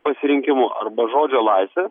pasirinkimu arba žodžio laisvė